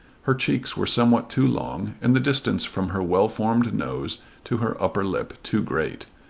her cheeks were somewhat too long and the distance from her well-formed nose to her upper lip too great.